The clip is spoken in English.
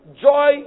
joy